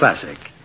classic